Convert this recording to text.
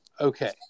okay